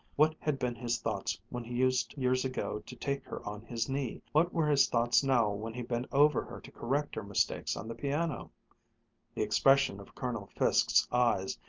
what had been his thoughts when he used years ago to take her on his knee what were his thoughts now when he bent over her to correct her mistakes on the piano? the expression of colonel fiske's eyes,